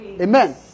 Amen